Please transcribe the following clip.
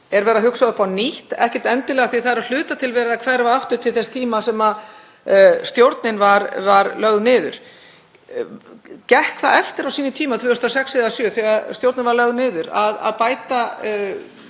Er verið að hugsa þá upp á nýtt? Ekkert endilega af því að það er að hluta til verið að hverfa aftur til þess tíma þegar stjórnin var lögð niður. Gekk það eftir á sínum tíma, 2006 eða 2007, þegar stjórnin var lögð niður, að bæta